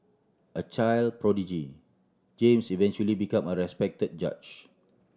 a child prodigy James eventually become a respect judge